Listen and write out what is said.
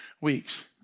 weeks